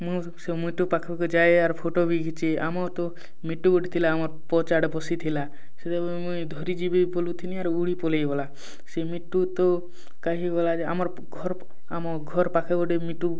ମୁଁ ସେ ମିଟୁ ପାଖକୁ ଯାଏ ୟାର୍ ଫଟୋ ବି ଖିଛେ ଆମର ତ ମିଟୁ ଗୋଟେ ଥିଲା ଆମର ପଛ ଆଡ଼େ ପଶି ଥିଲା ସେଇଟାକୁ ମୁଇଁ ଧରି ଯିବି ବୁଲି ଥିଲୁ ଆରୁ ଉଡ଼ି ପଳାଇ ଗଲା ସେ ମିଟୁ ତ କାହି ଗଲା ଯେ ଆମର ଘର ଆମ ଘର ପାଖେ ଗୋଟେ ମିଟୁ